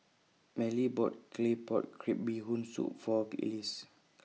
Mallie bought Claypot Crab Bee Hoon Soup For Elois